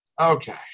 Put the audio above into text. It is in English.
okay